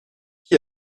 qui